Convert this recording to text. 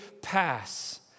pass